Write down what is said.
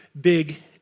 big